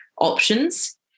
options